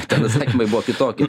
ten atsakymai buvo kitokie